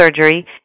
surgery